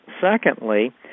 Secondly